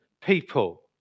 people